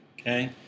Okay